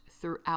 throughout